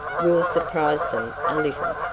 we'll surprise them a little.